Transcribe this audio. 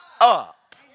up